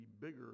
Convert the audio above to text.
bigger